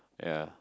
yea